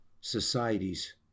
societies